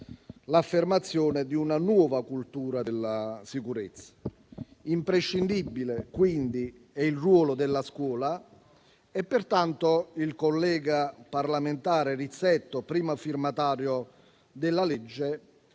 l'affermazione di una nuova cultura della sicurezza. Imprescindibile, quindi, è il ruolo della scuola e pertanto il collega parlamentare Rizzetto, primo firmatario della legge,